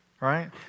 Right